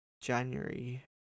January